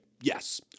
Yes